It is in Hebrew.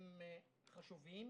הם חשובים,